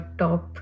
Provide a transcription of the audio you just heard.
top